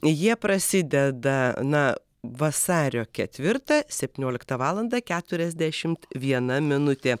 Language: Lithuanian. jie prasideda na vasario ketvirtą septynioliktą valandą keturiasdešimt viena minutė